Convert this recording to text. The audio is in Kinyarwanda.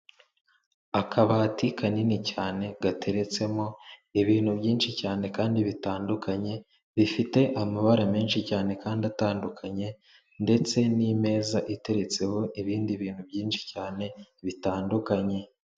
Akabati kanini cyane gateretsemo ibintu byinshi cyane kandi bitandukanye, bifite amabara menshi cyane kandi atandukanye ndetse n'imeza iteretseho ibindi bintu byinshi cyane bitandukanye.